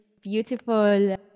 beautiful